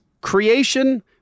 creation